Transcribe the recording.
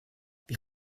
wir